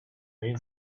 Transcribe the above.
main